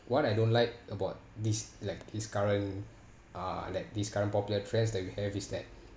what I don't like about this like this current uh like this current popular trends that you have is that